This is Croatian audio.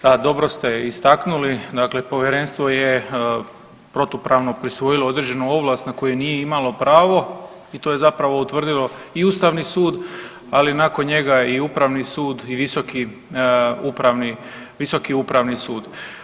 Dobro ste istaknuli, dakle povjerenstvo je protupravno prisvojilo određenu ovlast na koju nije imalo pravo i to je zapravo utvrdilo i ustavni sud, ali nakon njega i upravni sud i visoki upravni, visoki upravni sud.